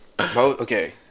Okay